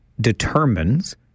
determines